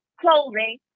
clothing